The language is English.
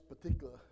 particular